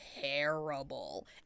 terrible